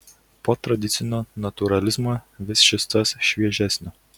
po tradicinio natūralizmo vis šis tas šviežesnio